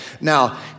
Now